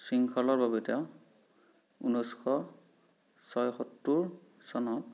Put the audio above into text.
শৃংখলৰ বাবে তেওঁ ঊনৈছশ ছয়সত্তৰ চনত